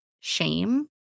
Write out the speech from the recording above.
shame